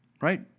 right